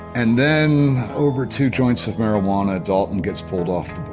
and then over two joints of marijuana dalton gets pulled off